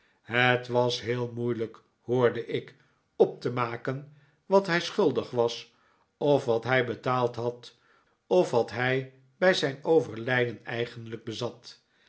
het was heel moeilijk hoorde ik op te maken wat hij schuldig was of wat hij betaald had of wat hij bij zijn overlijden eigenlijk bezat